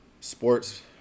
sports